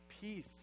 Peace